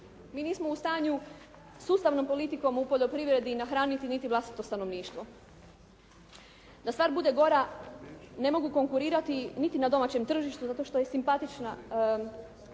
Mi nismo u stanju sustavnom politikom u poljoprivredi nahraniti niti vlastito stanovništvo. Da stvar bude gora ne mogu konkurirati niti na domaćem tržištu zato što je simpatična,